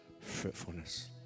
fruitfulness